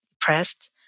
depressed